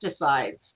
pesticides